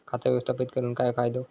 खाता व्यवस्थापित करून काय फायदो?